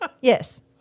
Yes